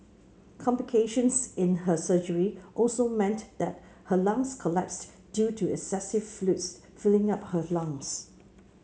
complications in her surgery also meant that her lungs collapsed due to excessive fluids filling up her lungs